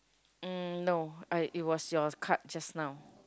mm no I it was yours card just now